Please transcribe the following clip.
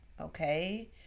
okay